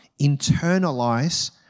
internalize